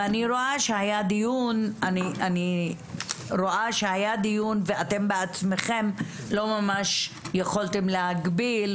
אני רואה שהיה דיון ושאתם לא ממש יכולתם להגביל,